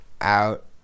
out